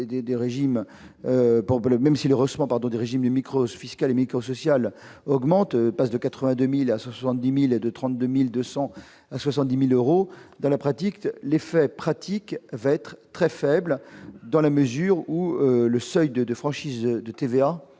même si reçoit pardon des régimes du micro-fiscal micro-sociale augmente, passe de 82000 à 70000 de 32000 270000 euros, dans la pratique, l'effet pratique va être très faible dans la mesure où le seuil de franchise de TVA